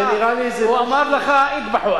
הוא אמר לך "אטבחו".